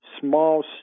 small